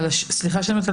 וסליחה שאני אומרת,